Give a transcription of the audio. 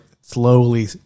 slowly